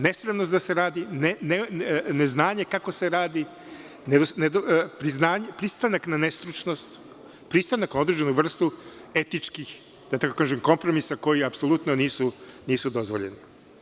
Nespremnost da se radi, neznanje kako se radi, pristanak na nestručnost, pristanak na određenu vrstu etičkih, da tako kažem kompromisa koji apsolutno nisu dozvoljeni.